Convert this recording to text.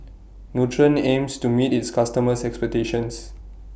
Nutren aims to meet its customers' expectations